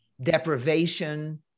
deprivation